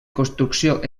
construcció